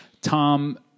Tom